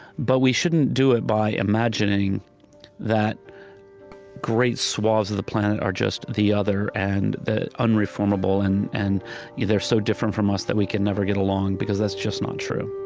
but we shouldn't do it by imagining that great swathes of the planet are just the other, and the unreformable, and and so different from us that we can never get along because that's just not true